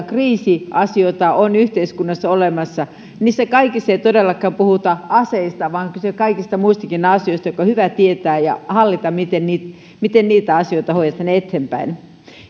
kriisiasioita on yhteiskunnassa olemassa niissä kaikissa ei todellakaan puhuta aseista vaan kyse on kaikista muistakin asioista jotka on hyvä tietää ja hallita miten niitä asioita hoidetaan eteenpäin nyt